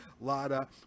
Lada